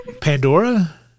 Pandora